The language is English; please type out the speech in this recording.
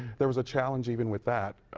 there was a challenge even with that,